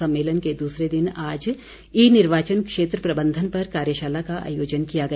सम्मेलन के दूसरे दिन आज ई निर्वाचन क्षेत्र प्रबंधन पर कार्यशाला का आयोजन किया गया